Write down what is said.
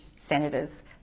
senators